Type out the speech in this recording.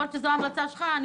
אני